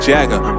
Jagger